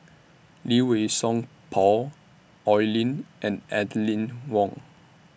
Lee Wei Song Paul Oi Lin and and Lin Wong